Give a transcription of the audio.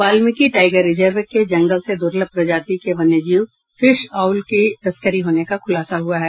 Valmiki tiger reserve के जंगल से दुर्लभ प्रजाति के वन्य जीव फिश आउल की तस्करी होने का खुलासा हुआ है